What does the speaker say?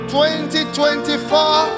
2024